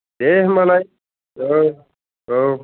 दे होमबालाय औ औ